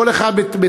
כל אחד בתקופתו,